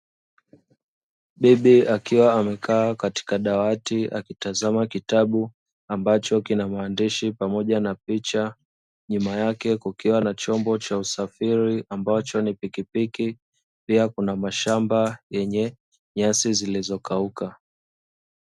Bibi akiwa amekaa katika dawati akitazama kitabu ambacho kina maandishi pamoja na picha nyuma yake kukiwa na chombo cha usafiri ambacho ni pikipiki pia kuna mashamba yenye nyasi zilizokauka.